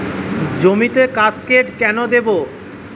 জমিতে কাসকেড কেন দেবো?